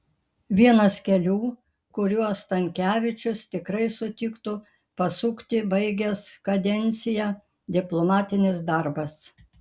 vienas kelių kuriuo stankevičius tikrai sutiktų pasukti baigęs kadenciją diplomatinis darbas